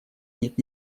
нет